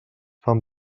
fan